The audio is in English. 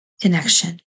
connection